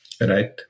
right